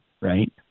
right